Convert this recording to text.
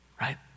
right